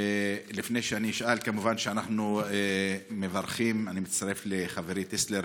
לפני שאני אשאל, כמובן שאני מצטרף לחברי טסלר